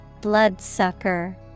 Bloodsucker